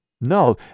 no